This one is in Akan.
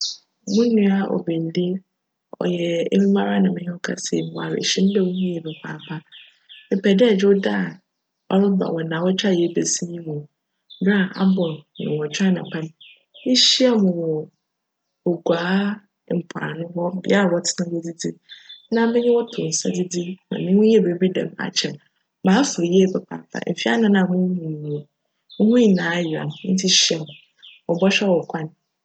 Mo nua Obendey, cyj emi mara na menye wo rekasa yi. Mowc awerjhyj mu dj wo ho ye papaapa. Mepj dj Dwowda a creba wc ndaawctwe a yjrebesi mu yi mu ber a abc ndcnwctwe anapa ehyia me wc Oguaa mpoano hc bea wctsena dzidzi no na menye wo to nsa dzidzi na menye wo yj biribi djm akyjr. M'afe wo yie papaapa. Mfe anan a munnhu wo yi, moho nyinara yera me ntsi hyia me, mobchwj wo kwan.